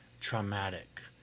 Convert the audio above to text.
traumatic